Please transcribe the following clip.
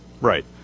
Right